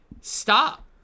stop